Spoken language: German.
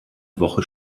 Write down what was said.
woche